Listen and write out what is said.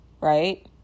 right